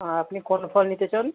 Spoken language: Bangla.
আপনি কতো ফল নিতে চান